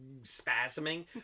spasming